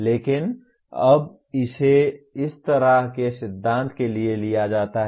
लेकिन अब इसे इस तरह के सिद्धांत के लिए लिया जाता है